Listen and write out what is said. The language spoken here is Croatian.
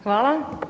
Hvala.